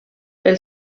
pel